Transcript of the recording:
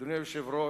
אדוני היושב-ראש,